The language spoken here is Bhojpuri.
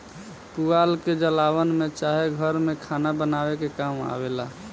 पुआल के जलावन में चाहे घर में खाना बनावे के काम आवेला